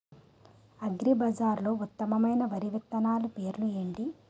అగ్రిబజార్లో ఉత్తమమైన వరి విత్తనాలు పేర్లు ఏంటి?